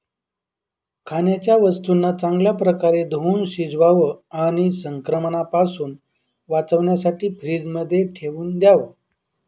खाण्याच्या वस्तूंना चांगल्या प्रकारे धुवुन शिजवावं आणि संक्रमणापासून वाचण्यासाठी फ्रीजमध्ये ठेवून द्याव